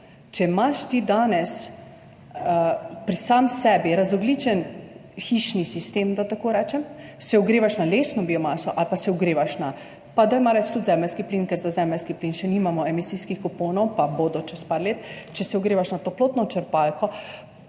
Če imaš ti danes sam pri sebi razogljičen hišni sistem, da tako rečem, se ogrevaš na lesno biomaso ali pa se ogrevaš na, dajmo reči tudi zemeljski plin, ker za zemeljski plin še nimamo emisijskih kuponov, pa bodo čez nekaj let, če se ogrevaš na toplotno črpalko,